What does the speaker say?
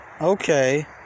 Okay